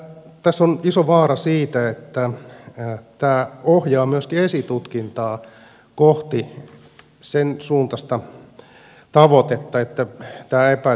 tässä on iso vaara että tämä ohjaa myöskin esitutkintaa kohti sensuuntaista tavoitetta että tämä epäilty tunnustaisi